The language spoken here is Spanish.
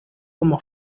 como